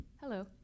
Hello